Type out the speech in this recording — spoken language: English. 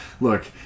look